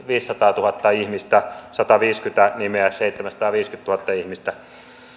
viisisataatuhatta ihmistä sataviisikymmentä nimeä seitsemänsataaviisikymmentätuhatta ihmistä